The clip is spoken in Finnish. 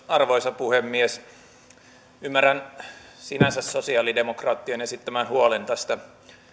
arvoisa puhemies ymmärrän sinänsä sosialidemokraattien esittämän huolen tästä